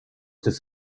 des